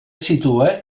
situa